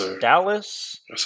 dallas